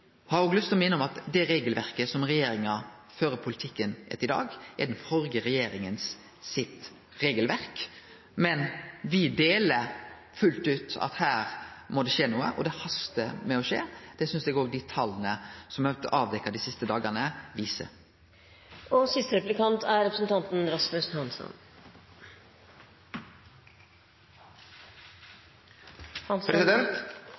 har òg lyst til å minne om at det regelverket som regjeringa fører poltikken etter i dag, er den førre regjeringas regelverk, men me deler fullt ut at her må det skje noko, og det hastar med at det skjer noko. Det synest eg òg dei tala som er avdekte dei siste dagane, viser. Jeg vil takke representanten